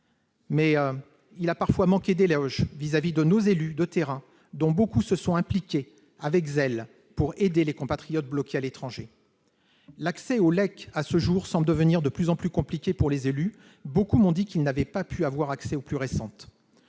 a parfois manqué d'éloges vis-à-vis de nos élus de terrain, dont beaucoup se sont impliqués avec zèle pour aider nos compatriotes bloqués à l'étranger. L'accès aux listes électorales consulaires semble par ailleurs devenir de plus en plus compliqué pour les élus : beaucoup m'ont dit qu'ils n'avaient pu avoir accès aux plus récentes.